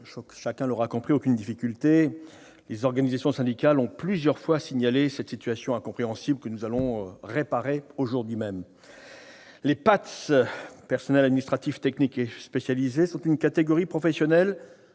de loi ne soulève aucune difficulté. Les organisations syndicales ont plusieurs fois signalé cette situation incompréhensible que nous allons réparer aujourd'hui. Les personnels administratifs, techniques et spécialisés, les PATS, sont une catégorie professionnelle